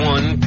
One